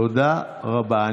תודה רבה.